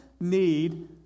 need